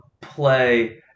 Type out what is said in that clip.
play